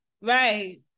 Right